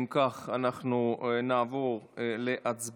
אם כך, אנחנו נעבור להצבעה.